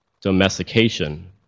domestication